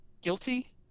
guilty